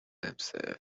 himself